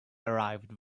arrived